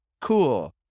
Cool